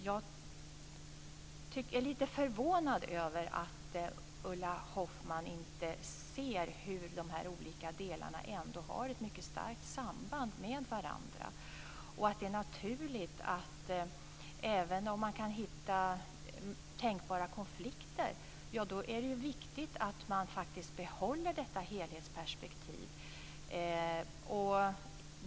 Jag är lite förvånad över att Ulla Hoffmann inte ser hur de olika delarna har ett starkt samband med varandra. Det är naturligt att även om det går att hitta tänkbara konflikter att det är viktigt att behålla helhetsperspektivet.